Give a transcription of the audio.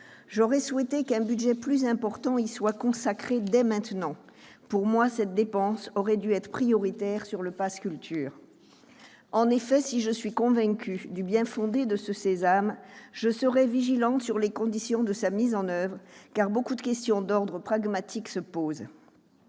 néanmoins souhaité qu'un budget plus important y soit consacré, dès maintenant. Pour moi, cette dépense aurait dû être prioritaire par rapport au pass culture. En effet, si je suis convaincue du bien-fondé de ce sésame, je serai vigilante sur les conditions de sa mise en oeuvre, car beaucoup de questions d'ordre pragmatique se posent.